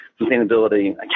sustainability